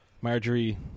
Marjorie